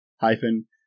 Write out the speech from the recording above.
hyphen